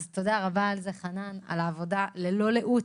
אז תודה רב, חנן, על העבודה ללא לאות.